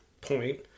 point